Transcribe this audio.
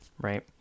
right